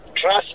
Trust